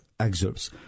Excerpts